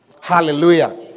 Hallelujah